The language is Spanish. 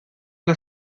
las